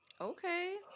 Okay